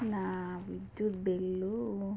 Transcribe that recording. నా విద్యుత్ బిల్లు